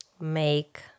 make